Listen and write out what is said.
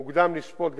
עדיין מוקדם לשפוט.